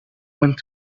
went